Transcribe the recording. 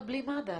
אבל בלי מד"א,